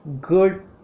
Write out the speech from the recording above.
good